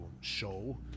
show